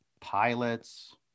pilots